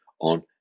on